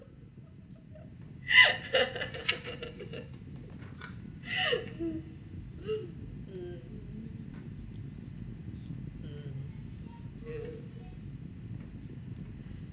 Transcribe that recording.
mm mm yeah